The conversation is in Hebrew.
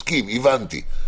מסכים, הבנתי.